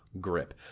grip